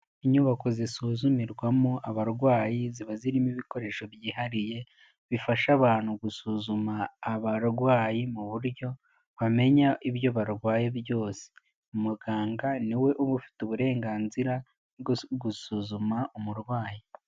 Inyubako zisuzumirwamo abarwayi ziba zirimo ibikoresho byihariye, bifasha abantu gusuzuma abarwayi mu buryo bamenya ibyo barwaye byose. Umuganga ni we uba ufite uburenganzira bwo gusuzuma umurwayi.